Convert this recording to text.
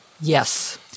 Yes